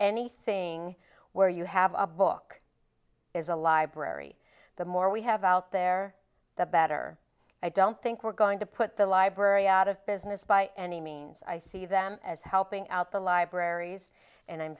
anything where you have a book is a library the more we have out there the better i don't think we're going to put the library out of business by any means i see them as helping out the libraries and i'm